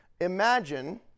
Imagine